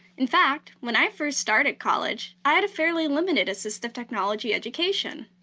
in fact, when i first started college, i had a fairly limited assistive technology education.